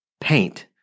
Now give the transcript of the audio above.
paint